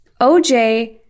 OJ